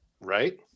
Right